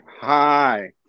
Hi